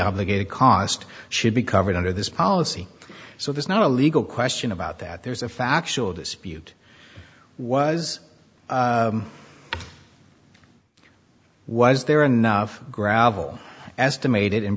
obligated cost should be covered under this policy so there's not a legal question about that there's a factual dispute was was there enough gravel estimated